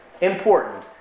important